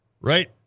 right